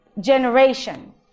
generation